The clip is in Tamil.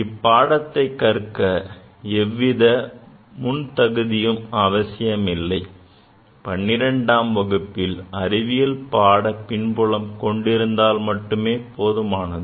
இப்பாடத்தை கற்க எவ்வித முன் தகுதியும் அவசியமில்லை பன்னிரண்டாம் வகுப்பில் அறிவியல் பாட பின்புலம் கொண்டிருந்தால் மட்டுமே போதுமானது